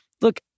look